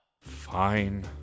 Fine